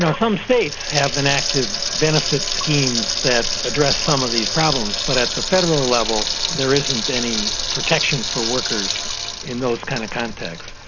some states have enacted benefit schemes that address some of these problems, but at the federal level there isn't any protection for workers in those kind of contexts.